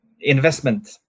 investment